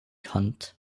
hunt